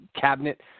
cabinet